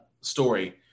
story